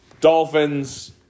Dolphins